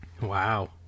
Wow